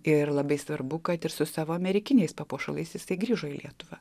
ir labai svarbu kad ir su savo amerikiniais papuošalais jis grįžo į lietuvą